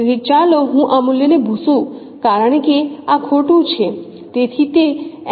તેથી ચાલો હું આ મૂલ્યને ભુસું કારણ કે આ ખોટું છે